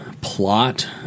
plot